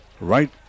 right